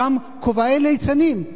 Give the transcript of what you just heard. גם כובעי ליצנים.